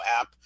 app